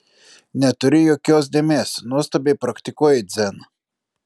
neturi jokios dėmės nuostabiai praktikuoji dzen